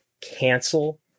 cancel